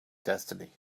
destiny